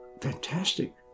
fantastic